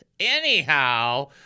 anyhow